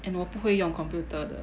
and 我不会用 computer 的